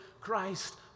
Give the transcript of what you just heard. Christ